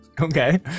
Okay